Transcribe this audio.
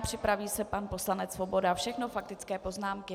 Připraví se pan poslanec Svoboda, všechno faktické poznámky.